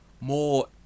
more